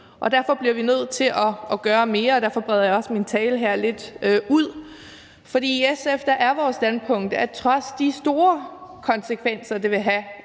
Derfor bliver vi nødt til at gøre mere, og derfor breder jeg også min tale her lidt ud, for i SF er vores standpunkt, at trods de store konsekvenser, det vil have